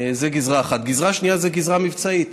זו גזרה אחת, הגזרה השנייה זו גזרה מבצעית.